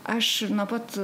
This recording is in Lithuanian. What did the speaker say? aš nuo pat